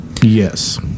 Yes